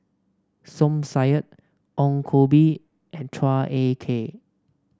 Som Said Ong Koh Bee and Chua Ek Kay